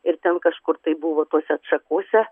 ir ten kažkur tai buvo tose atšakose